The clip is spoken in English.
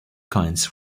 kinds